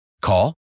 Call